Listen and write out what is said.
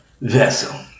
vessel